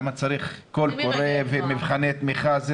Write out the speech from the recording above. למה צריך קול קורא ומבחני תמיכה?